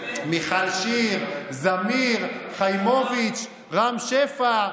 מיכל שיר, זמיר, חיימוביץ', רם שפע.